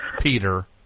Peter